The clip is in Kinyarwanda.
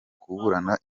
kuburana